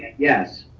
yes,